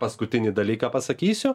paskutinį dalyką pasakysiu